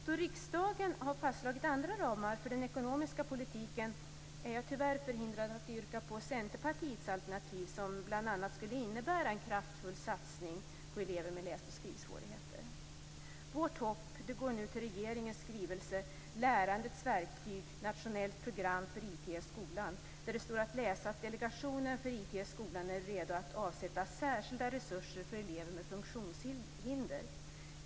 Då riksdagen har fastslagit andra ramar för den ekonomiska politiken är jag tyvärr förhindrad att yrka på Centerpartiets alternativ, som bl.a. skulle innebära en kraftfull satsning på elever med läs och skrivsvårigheter. Vårt hopp går nu till regeringens skrivelse Lärandets verktyg - nationellt program för IT i skolan, där det står att läsa att delegationen för IT i skolan är redo att avsätta särskilda resurser för elever med funktionshinder.